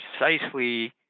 precisely